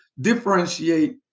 differentiate